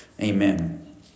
Amen